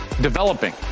developing